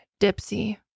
dipsy